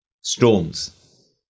storms